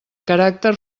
caràcter